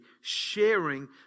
sharing